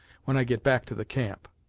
when i get back to the camp.